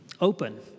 open